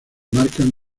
marcan